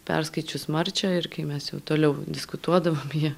perskaičius marčią ir kai mes jau toliau diskutuodavom ji